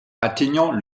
atteignant